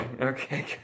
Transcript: Okay